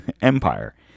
empire